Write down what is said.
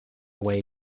way